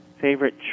favorite